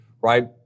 right